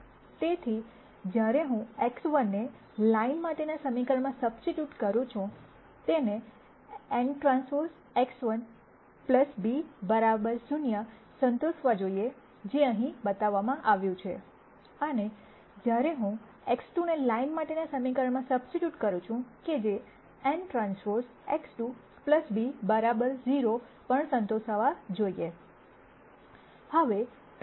તેથી જ્યારે હું X1 ને લાઇન માટેના સમીકરણમાં સબસ્ટિટ્યૂટ કરું છું તેને nTX1 b 0 સંતોષવા જોઈએ જે અહીં બતાવવામાં આવ્યું છે અને જ્યારે હું X2 ને લાઇન માટેના સમીકરણમાં સબસ્ટિટ્યૂટ કરું છું કે જે nTX2 b 0 પણ સંતોષવા જોઈએ